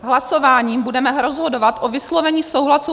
Hlasováním budeme rozhodovat o vyslovení souhlasu